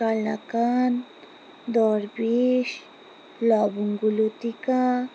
কালাকাঁদ দরবেশ লবঙ্গলতিকা